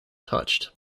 touched